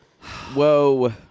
Whoa